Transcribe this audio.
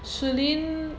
shi lin